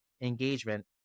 engagement